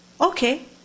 Okay